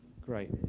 Great